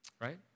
Right